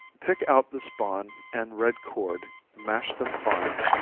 pick out the spawn and red chord, mash them fine,